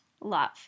love